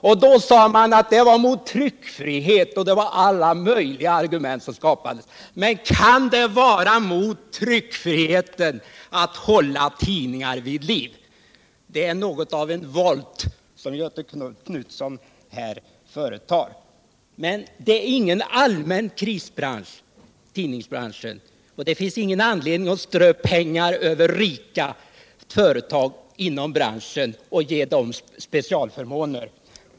Då sade motståndarna att detta var emot tryckfriheten och det anfördes alla möjliga argument mot det, men kan det vara mot tryckfriheten att hålla tidningar vid liv? Jag vidhåller att tidningsbranschen inte är någon allmän krisbransch, och det finns ingen anledning att strö pengar över rika företag inom branschen och ge dem specialförmåner.